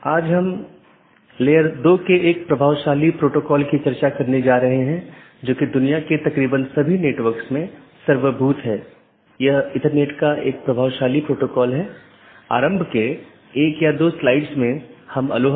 तो इसके लिए कुछ आंतरिक मार्ग प्रोटोकॉल होना चाहिए जो ऑटॉनमस सिस्टम के भीतर इस बात का ध्यान रखेगा और एक बाहरी प्रोटोकॉल होना चाहिए जो इन चीजों के पार जाता है